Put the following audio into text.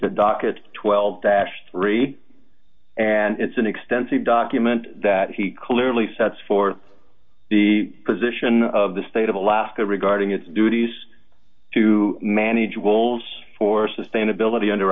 a docket twelve dash three and it's an extensive document that he clearly sets forth the position of the state of alaska regarding its duties to manage roles for sustainability under